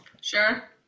Sure